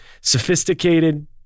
sophisticated